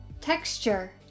Texture